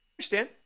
understand